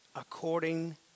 according